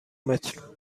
متر